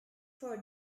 for